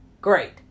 Great